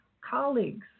colleagues